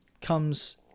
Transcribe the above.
comes